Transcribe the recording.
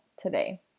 today